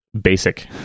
basic